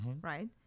right